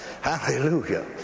Hallelujah